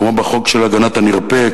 כמו בחוק להגנת הנרפה,